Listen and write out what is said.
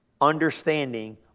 understanding